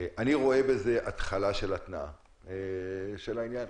אני רואה בזה התחלה של התנעה של העניין.